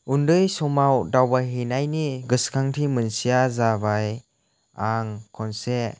उन्दै समाव दावबायहैनायनि गोसोखांथि मोनसेआ जाबाय आं खनसे